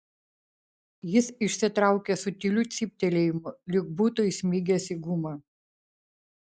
jis išsitraukė su tyliu cyptelėjimu lyg būtų įsmigęs į gumą